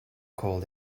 cold